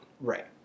Right